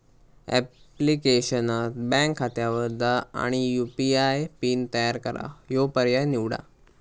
ऍप्लिकेशनात बँक खात्यावर जा आणि यू.पी.आय पिन तयार करा ह्यो पर्याय निवडा